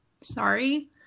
sorry